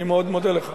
אני מאוד מודה לך.